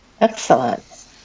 Excellent